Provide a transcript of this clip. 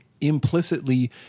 implicitly